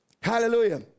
Hallelujah